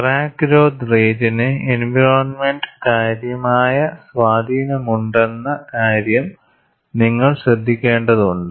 crack growth റേറ്റിന് എൻവയറോണ്മെന്റിന്റ് കാര്യമായ സ്വാധീനമുണ്ടെന്ന കാര്യം നിങ്ങൾ ശ്രദ്ധിക്കേണ്ടതുണ്ട്